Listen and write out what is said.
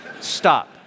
stop